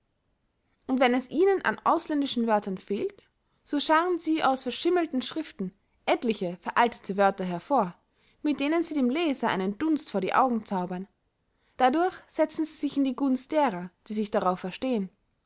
und wenn es ihnen an ausländischen wörtern fehlt so scharren sie aus verschimmelten schriften etliche veraltete wörter hervor mit denen sie dem leser einen dunst vor die augen zaubern dadurch setzen sie sich in die gunst derer die sich darauf verstehen